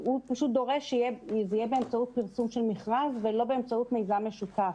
שדורש שזה יהיה באמצעות פרסום של מכרז ולא באמצעות מיזם משותף,